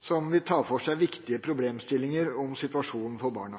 som vil ta for seg viktige problemstillinger i situasjonen for barna.